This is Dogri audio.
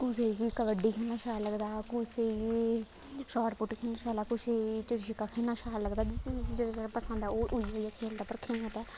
कुसै गी कबड्डी खेलना शैल लगदा कुसै गी शार्टपुट खेलना लगदा कुसै गी चिड़ी छिक्का खेलना शैल लगदा जिसी जिसी जेह्ड़ा जेह्ड़ा पसंद ऐ ओह् उ'ऐ उ'ऐ खेलदा पर खेलना ते